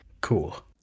Cool